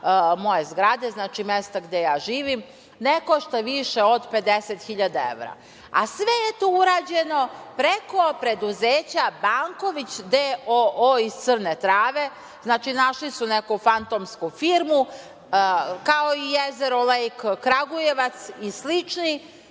moje zgrade, znači, mesta gde ja živim, ne košta više od 50.000 evra. Sve je to urađeno preko preduzeća „Banković d.o.o.“ iz Crne Trave. Znači, našli su neku fantomsku firmu, kao i „Jezero lejk“ Kragujevac i slični,